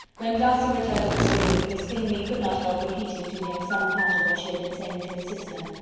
when darcy returned to the saloon, miss bingley could not help repeating to him some part of what she had been saying to his sister.